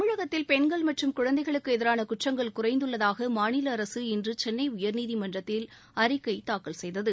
தமிழகத்தில் பெண்கள் மற்றும் குழந்தைகளுக்கு எதிரான குற்றங்கள் குறைந்துள்ளதாக மாநில அரசு இன்று சென்னை உயர்நீதிமன்றத்தில் அறிக்கை தாக்கல் செய்தது